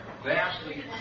Vastly